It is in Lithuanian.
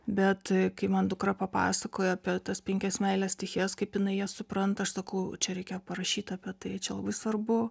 bet kai man dukra papasakojo apie tas penkias meilės stichijas kaip jinai jas supranta aš sakau čia reikia parašyt apie tai čia labai svarbu